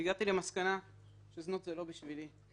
והגעתי למסקנה שזנות זה לא בשבילי.